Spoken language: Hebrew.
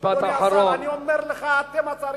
אדוני השר, אני אומר לך, אתם השרים,